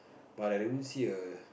but I only see a